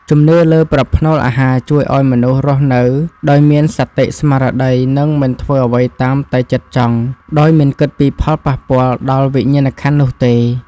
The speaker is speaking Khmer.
ជំនឿលើប្រផ្នូលអាហារជួយឱ្យមនុស្សរស់នៅដោយមានសតិស្មារតី និង មិនធ្វើអ្វីតាមតែចិត្តចង់ដោយមិនគិតពីផលប៉ះពាល់ដល់វិញ្ញាណក្ខន្ធនោះទេ។